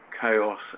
chaos